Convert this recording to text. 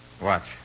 Watch